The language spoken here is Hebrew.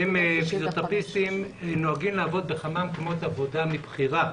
הם נוהגים לעבוד בכמה מקומות עבודה ועושים זאת מבחירה.